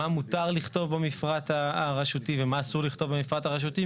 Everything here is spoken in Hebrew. מה מותר לכתוב במפרט הרשותי ומה אסור לכתוב במפרט הרשותי,